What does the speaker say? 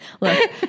look